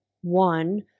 one